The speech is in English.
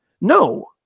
No